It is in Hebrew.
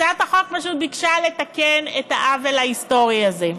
הצעת החוק פשוט ביקשה לתקן את העוול ההיסטורי הזה,